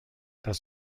das